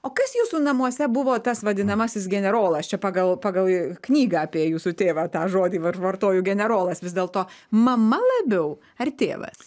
o kas jūsų namuose buvo tas vadinamasis generolas čia pagal pagal knygą apie jūsų tėvą tą žodį vartoju generolas vis dėlto mama labiau ar tėvas